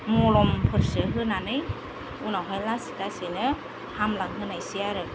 मलमफोरसो होनानै उनावहाय लासै लासैनो हामलांहोनायसै आरो